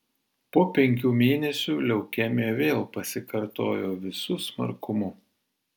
po penkių mėnesių leukemija vėl pasikartojo visu smarkumu